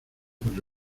por